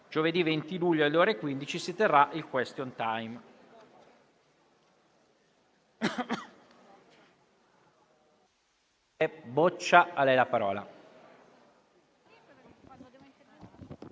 Giovedì 20 luglio, alle ore 15, si svolgerà il *question time*.